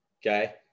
okay